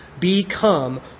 become